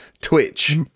Twitch